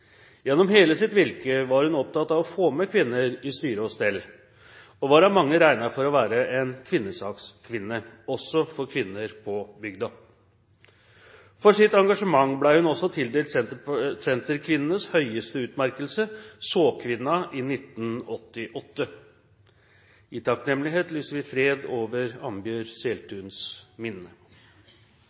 Gjennom hele sitt virke var hun opptatt av å få med kvinner i styre og stell og var av mange regnet for å være en «kvinnesakskvinne», også for kvinner på bygda. For sitt engasjement ble hun også tildelt Senterkvinnenes høyeste utmerkelse, «Såkvinna», i 1988. I takknemlighet lyser vi fred over Ambjørg Sælthuns minne.